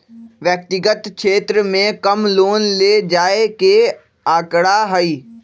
व्यक्तिगत क्षेत्र में कम लोन ले जाये के आंकडा हई